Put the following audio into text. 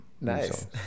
nice